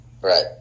Right